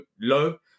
low